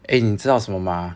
eh 你知道什么吗